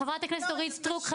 חברת הכנסת אורית סטרוק.